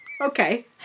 Okay